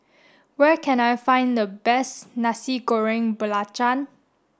where can I find the best Nasi Goreng Belacan